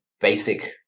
basic